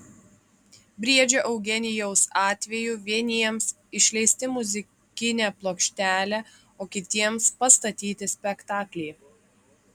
briedžio eugenijaus atveju vieniems išleisti muzikinę plokštelę o kitiems pastatyti spektaklį